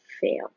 fail